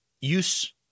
use